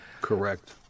Correct